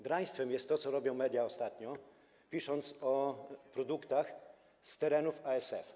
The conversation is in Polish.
Draństwem jest to, co robią media ostatnio, pisząc o produktach z terenów ASF.